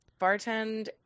bartend